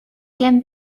can